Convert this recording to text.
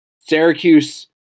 Syracuse